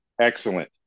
excellent